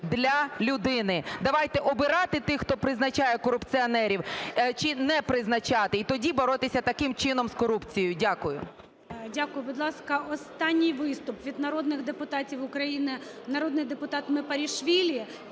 для людини. Давайте обирати тих, хто призначає корупціонерів… чи не призначати, і тоді боротися таким чином з корупцією. Дякую. ГОЛОВУЮЧИЙ. Дякую. Будь ласка, останній виступ від народних депутатів України. Народний депутат Мепарішвілі.